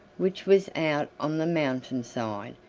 which was out on the mountain-side,